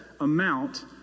amount